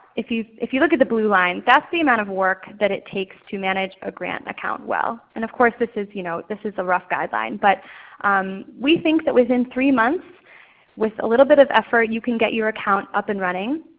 if you if you look at the blue line, that's the amount of work it takes to manage a grant account well, and of course this is you know this is a rough guideline. but we think that within three months with a little bit of effort, you can get your account up and running.